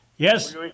Yes